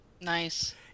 Nice